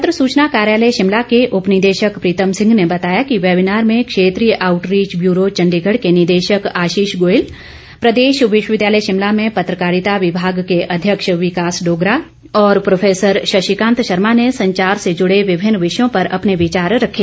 पत्र सुचना कार्यालय शिमला के उपनिदेशक प्रीतम सिंह ने बताया कि वैबीनार में क्षेत्रीय आउटरीच ब्यूरो चंडीगढ़ के निदेशक आशीष गोयल प्रदेश विश्वविद्यालय शिमला में पत्रकारिता विभाग के अध्यक्ष विकास डोगरा और प्रोफैसर शशिकांत शर्मा ने संचार से जुड़े विभिन्न विषयों पर अपने विचार रखे